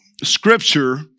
Scripture